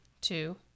two